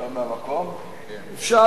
אם כן,